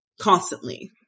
constantly